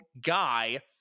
guy